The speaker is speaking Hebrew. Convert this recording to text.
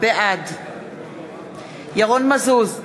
בעד ירון מזוז,